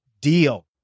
deal